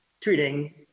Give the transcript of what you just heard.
treating